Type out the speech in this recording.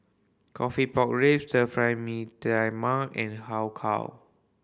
coffee pork ribs Stir Fry Mee Tai Mak and Har Kow